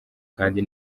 kandi